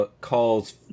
calls